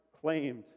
claimed